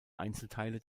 einzelteile